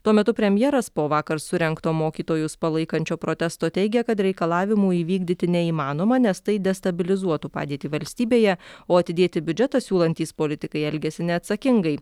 tuo metu premjeras po vakar surengto mokytojus palaikančio protesto teigia kad reikalavimų įvykdyti neįmanoma nes tai destabilizuotų padėtį valstybėje o atidėti biudžetą siūlantys politikai elgiasi neatsakingai